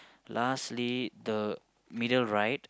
lastly the middle right